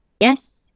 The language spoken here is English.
Yes